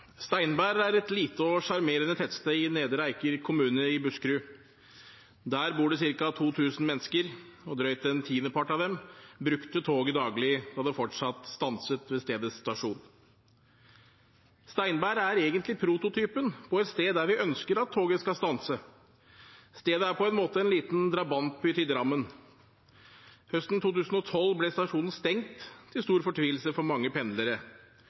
Steinberg er et lite og sjarmerende tettsted i Nedre Eiker kommune i Buskerud. Der bor det ca. 2 000 mennesker, og drøyt en tiendepart av dem brukte toget daglig da det fortsatt stanset ved stedets stasjon. Steinberg er egentlig prototypen på et sted der vi ønsker at toget skal stanse. Stedet er på en måte en liten drabantby til Drammen. Høsten 2012 ble stasjonen stengt, til stor fortvilelse for mange pendlere.